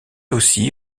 aussi